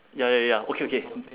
ya ya ya okay okay